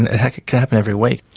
and and like it can happen every week.